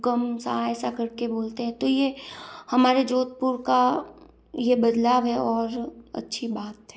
कम सा ऐसा करके बोलते हैं तो यह हमारे जोधपुर का ये बदलाव हैं और अच्छी बात हैं